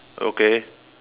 okay